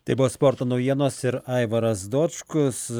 tai buvo sporto naujienos ir aivaras dočkus